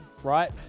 Right